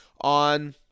on